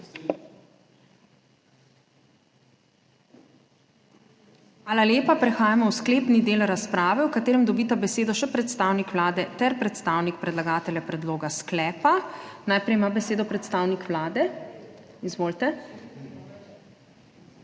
Hvala lepa. Prehajamo v sklepni del razprave v katerem dobita besedo še predstavnik Vlade ter predstavnik predlagatelja predloga sklepa. Najprej ima besedo predstavnik Vlade. Izvolite.